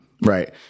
Right